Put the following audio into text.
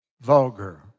vulgar